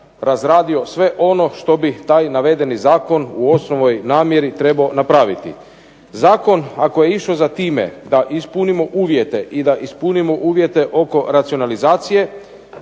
razradio sve ono što bi taj navedeni zakon u osnovnoj namjeri trebao napraviti. Zakon ako je išao za time da ispunimo uvjete i da ispunimo uvjete oko racionalizacije,